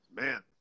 man